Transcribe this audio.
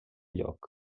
lloc